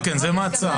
כן, זה מעצר,